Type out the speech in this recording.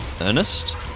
Ernest